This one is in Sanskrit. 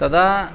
तदा